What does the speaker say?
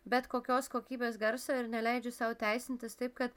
bet kokios kokybės garso ir neleidžiu sau teisintis taip kad